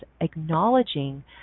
acknowledging